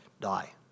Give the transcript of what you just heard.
die